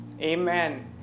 Amen